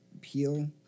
peel